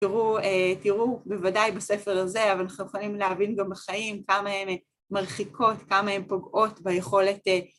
תראו בוודאי בספר הזה, אבל אנחנו יכולים להבין גם בחיים, כמה הן מרחיקות, כמה הן פוגעות ביכולת...